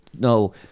no